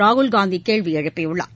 ராகுல் காந்திகேள்விஎழுப்பியுள்ளார்